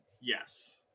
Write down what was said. Yes